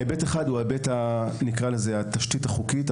האחד זה התשתית החוקית,